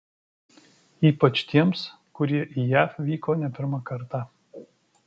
ypač tiems kurie į jav vyko ne pirmą kartą